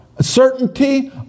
certainty